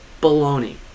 Baloney